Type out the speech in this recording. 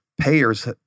Payers